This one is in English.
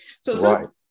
So-